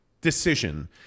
decision